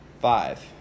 five